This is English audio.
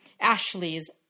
Ashley's